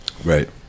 Right